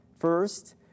First